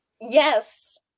Yes